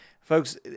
Folks